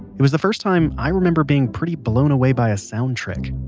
it was the first time i remember being pretty blown away by a sound trick.